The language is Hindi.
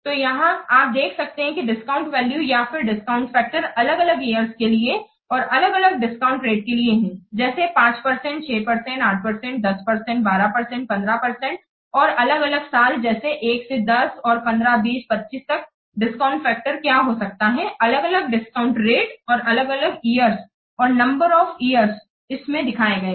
तो यहां आप देख सकते हैं कि डिस्काउंट वैल्यू या फिर डिस्काउंट फैक्टर अलग अलग ईयर्स के लिए और अलग अलग डिस्काउंट रेटलिए हैं जैसे 5 परसेंट 6 परसेंट8 परसेंट 10 परसेंट12 परसेंट 15 परसेंटऔर अलग अलग साल जैसे 1 से 10 और 15 20 25 तक डिस्काउंट फैक्टर क्या हो सकता है अलग अलग डिस्काउंट रेटऔर अलग अलग इयर्सऔर नंबर ऑफ इयर्स इसमें दिखाए गए हैं